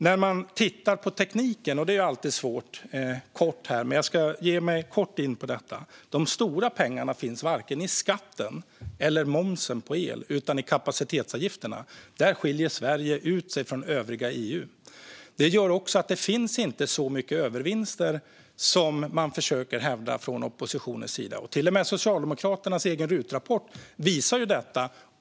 Det är alltid svårt att tala om tekniken, men jag ska kort ge mig in på detta. De stora pengarna finns varken i skatten eller i momsen på el utan i kapacitetsavgifterna. Där skiljer Sverige ut sig från övriga EU. Det gör också att det inte finns så mycket övervinster som man försöker hävda från oppositionen. Till och med Socialdemokraternas egen RUT-rapport visade detta.